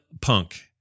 punk